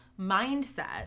mindset